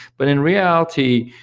but in reality,